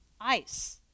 ice